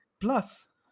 plus